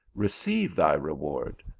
receive thy reward,